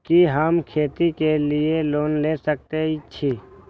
कि हम खेती के लिऐ लोन ले सके छी?